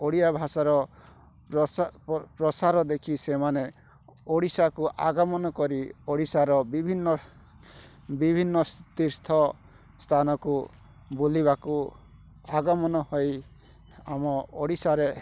ଓଡ଼ିଆଭାଷାର ପ୍ରସାର ଦେଖି ସେମାନେ ଓଡ଼ିଶାକୁ ଆଗମନ କରି ଓଡ଼ିଶାର ବିଭିନ୍ନ ବିଭିନ୍ନ ତୀର୍ଥ ସ୍ଥାନକୁ ବୁଲିବାକୁ ଆଗମନ ହୋଇ ଆମ ଓଡ଼ିଶାରେ